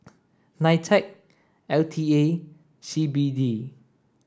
NITEC L T A and C B D